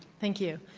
thank you.